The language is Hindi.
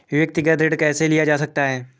व्यक्तिगत ऋण कैसे लिया जा सकता है?